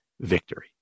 victory